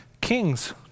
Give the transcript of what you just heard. Kings